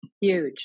huge